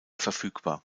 verfügbar